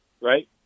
right